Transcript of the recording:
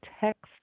text